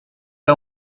era